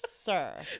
Sir